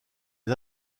les